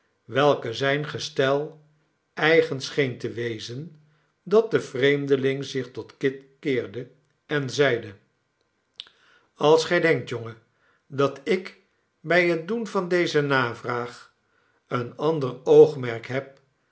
welke zijn gestel eigen scheen te wezen dat de vreemdeling zich tot kit keerde en zeide als gij denkt jongen dat ik bij het doen van deze navraag een ander oogmerk heb